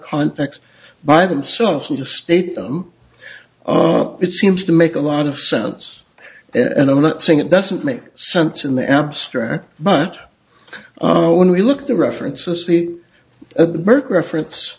context by themselves and to state them it seems to make a lot of sense and i'm not saying it doesn't make sense in the abstract but when we look at the reference asleep at the burke reference